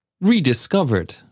rediscovered